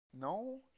No